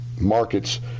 markets